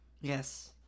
Yes